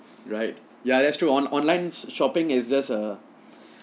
right ya that's true on~ online shopping is just a